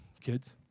kids